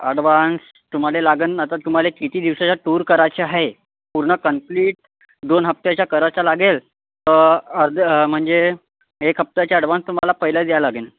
advance तुम्हाला लागेल आता तुम्हाला किती दिवसाचा टूर करायचा आहे पूर्ण कंप्लीट दोन हप्त्याचा करायचा लागेल अर्ध म्हणजे एक हप्त्याचा आड्वान्स तुम्हाला पहिलेच द्यावं लागेल